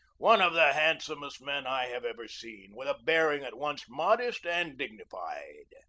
one of the hand somest men i have ever seen, with a bearing at once modest and dignified.